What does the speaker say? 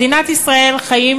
תציג את הצעת החוק חברת הכנסת קארין